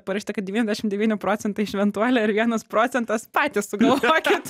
parašyta kad devyniasdešim devyni procentai šventuolė ir vienas procentas patys sugalvokit